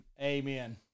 amen